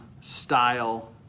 style